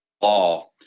law